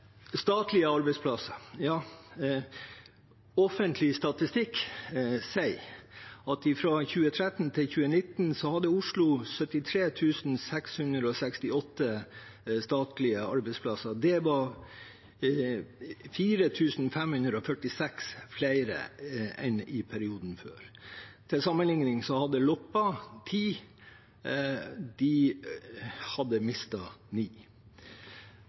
statlige arbeidsplasser, sier offentlig statistikk at Oslo i perioden 2013–2019 hadde 73 668 statlige arbeidsplasser. Det var 4 546 flere enn i perioden før. Til sammenlikning hadde Loppa ti, og de hadde mistet ni.